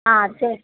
ஆ சரி